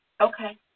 Okay